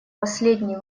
последний